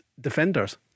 defenders